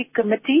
Committee